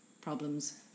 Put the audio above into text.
problems